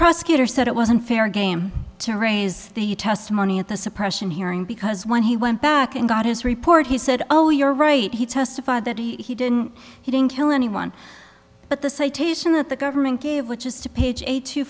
prosecutor said it wasn't fair game to raise the testimony at the suppression hearing because when he went back and got his report he said oh you're right he testified that he didn't he didn't kill anyone but the citation that the government gave which is to page